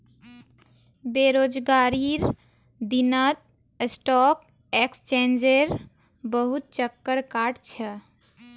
बेरोजगारीर दिनत स्टॉक एक्सचेंजेर बहुत चक्कर काट छ